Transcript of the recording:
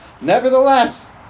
Nevertheless